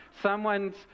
Someone's